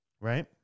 Right